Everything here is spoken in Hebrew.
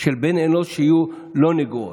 של בן אנוש שיהיו לא נגועות.